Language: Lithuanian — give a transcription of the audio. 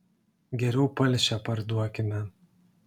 geriau palšę parduokime